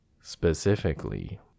Specifically